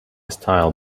style